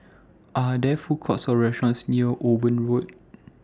Are There Food Courts Or restaurants near Owen Road